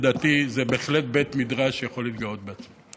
לדעתי זה בהחלט בית מדרש שיכול להתגאות בעצמו.